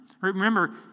Remember